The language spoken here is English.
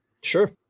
Sure